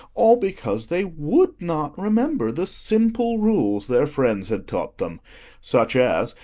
all because they would not remember the simple rules their friends had taught them such as,